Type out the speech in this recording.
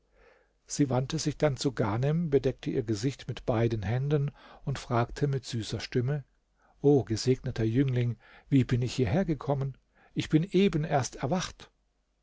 sie wandte sich dann zu ghanem bedeckte ihr gesicht mit beiden händen und fragte mit süßer stimme o gesegneter jüngling wie bin ich hierher gekommen ich bin eben erst erwacht